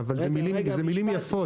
אבל זה מילים יפות.